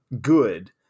good